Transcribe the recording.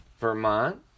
Vermont